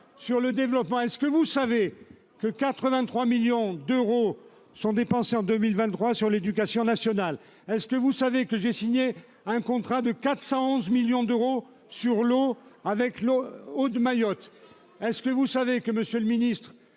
sur le développement est ce que vous savez que 83 millions d'euros sont dépensés en 2023 sur l'éducation nationale. Est-ce que vous savez que j'ai signé un contrat de 411 millions d'euros sur l'eau avec l'eau de Mayotte. Est-ce que vous savez que Monsieur le Ministre